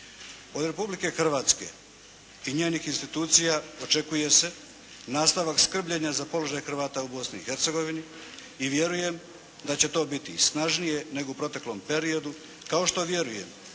Od Republike Hrvatske i njenih institucija očekuje se nastavak skrbljena za položaj Hrvata u Bosni i Hercegovini i vjerujem da će to biti i snažnije nego u proteklom periodu. Kao što vjerujem